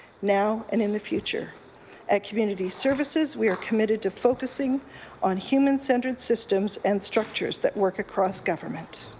now and in the future at community services we are committed to focusing on human-centred systems and structures that work across government.